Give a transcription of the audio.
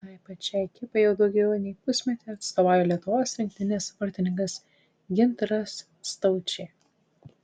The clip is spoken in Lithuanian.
tai pačiai ekipai jau daugiau nei pusmetį atstovauja lietuvos rinktinės vartininkas gintaras staučė